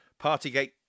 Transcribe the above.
Partygate